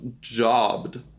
jobbed